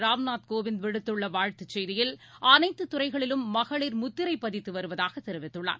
ராம்நாத் கோவிந்த் விடுத்துள்ளவாழ்த்துச் செய்தியில் அனைத்துதுறைகளிலும் மகளிர் முத்திரைபதித்துவருவதாகதெரிவித்துள்ளார்